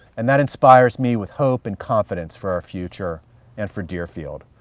and that inspires me with hope and confidence for our future and for deerfield.